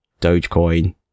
Dogecoin